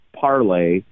parlay